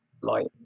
light